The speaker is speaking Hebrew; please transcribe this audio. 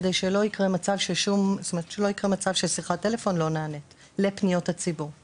כדי שלא יקרה מצב ששיחת טלפון לפניות הציבור לא נענית.